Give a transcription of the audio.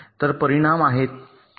तर परिणाम आहेत